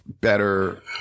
better